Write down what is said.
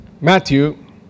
Matthew